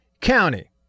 County